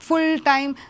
Full-time